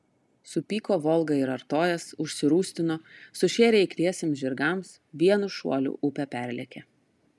supyko volga ir artojas užsirūstino sušėrė eikliesiems žirgams vienu šuoliu upę perlėkė